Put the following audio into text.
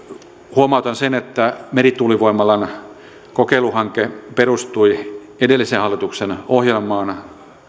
huomautan sen että merituulivoimalan kokeiluhanke perustui edellisen hallituksen ohjelmaan